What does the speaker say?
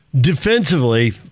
defensively